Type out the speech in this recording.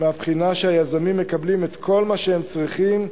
מהבחינה שהיזמים מקבלים את כל מה שהם צריכים,